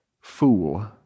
fool